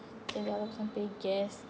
then the other person pay gas